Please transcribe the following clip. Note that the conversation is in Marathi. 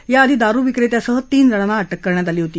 याआधी दारु विक्रत्यासह तीन जणांना अटक करण्यात आली होती